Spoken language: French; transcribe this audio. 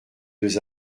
deux